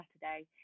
Saturday